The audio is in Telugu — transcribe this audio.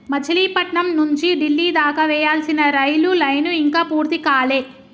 మచిలీపట్నం నుంచి డిల్లీ దాకా వేయాల్సిన రైలు లైను ఇంకా పూర్తి కాలే